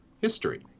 history